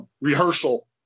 rehearsal